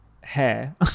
hair